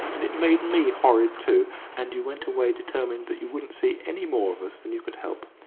and it made me horrid too and you went away determined that you wouldn't see any more of us than you could help.